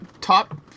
top